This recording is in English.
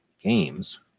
Games